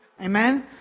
Amen